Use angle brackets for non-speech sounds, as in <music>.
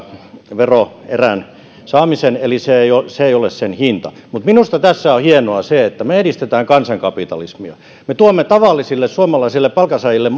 veroerän saamisen eli se ei ole sen hinta minusta tässä on hienoa se että me edistämme kansankapitalismia me tuomme tavallisille suomalaisille palkansaajille <unintelligible>